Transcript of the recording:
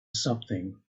something